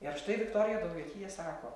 ir štai viktorija daujotytė sako